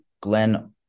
Glenn